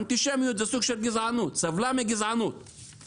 ואנטישמיות זה סוג של גזענות, ואז